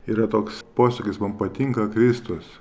yra toks posakis man patinka kristus